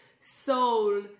soul